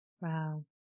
Wow